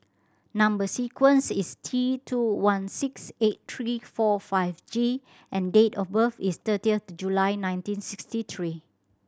number sequence is T two one six eight three four five G and date of birth is thirtieth July nineteen sixty three